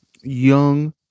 young